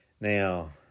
Now